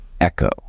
echo